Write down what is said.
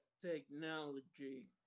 technology